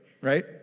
right